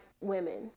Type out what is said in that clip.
women